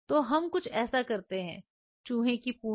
तो हम कुछ ऐसा करते हैं चूहे की पूंछ